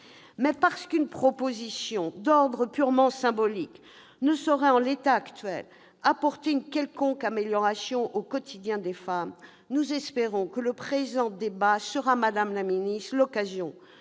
! Parce qu'une proposition d'ordre purement symbolique ne saurait, en l'état actuel des choses, apporter une quelconque amélioration au quotidien des femmes, nous espérons que le présent débat sera, madame la ministre, l'occasion